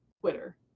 twitter